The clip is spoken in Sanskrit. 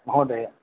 महोदय